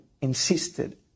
insisted